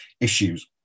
issues